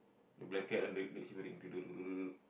to blanket then like shivering